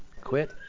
quit